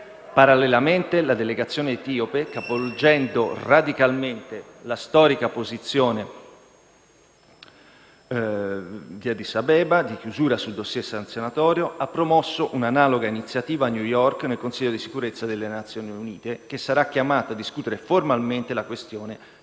Parallelamente, la delegazione etiope, capovolgendo radicalmente la storica posizione di Addis Abeba di chiusura sul *dossier* sanzionatorio, ha promosso un'analoga iniziativa a New York, nel Consiglio di sicurezza delle Nazioni Unite, che sarà chiamato a discutere formalmente la questione